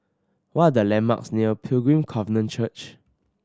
what are the landmarks near Pilgrim Covenant Church